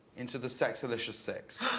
into the sexalicious six?